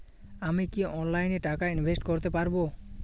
আমি কি অনলাইনে টাকা ইনভেস্ট করতে পারবো?